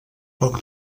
poc